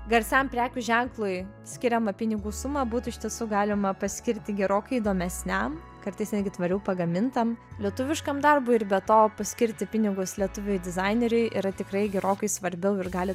garsiam prekių ženklui skiriamą pinigų sumą būtų iš tiesų galima paskirti gerokai įdomesniam kartais netgi tvariau pagamintam lietuviškam darbui ir be to paskirti pinigus lietuviui dizaineriui yra tikrai gerokai svarbiau ir gali